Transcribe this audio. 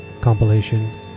compilation